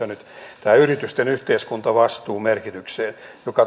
nyt tähän yritysten yhteiskuntavastuun merkitykseen